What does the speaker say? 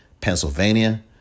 Pennsylvania